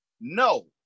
No